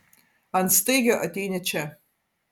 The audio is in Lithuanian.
ant staigio ateini čia